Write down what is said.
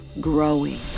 growing